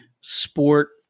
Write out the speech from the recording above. sport